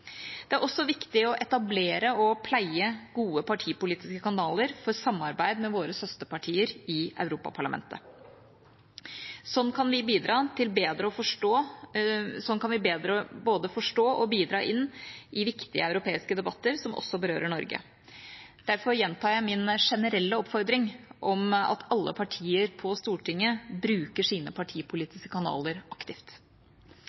Det er også viktig å etablere og pleie gode partipolitiske kanaler for samarbeid med våre søsterpartier i Europaparlamentet. Sånn kan vi bedre både forstå og bidra inn i viktige europeiske debatter som også berører Norge. Derfor gjentar jeg min generelle oppfordring om at alle partier på Stortinget bruker sine